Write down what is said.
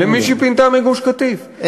למי שהיא פינתה מגוש-קטיף, לא.